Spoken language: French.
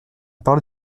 parole